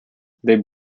they